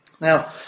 Now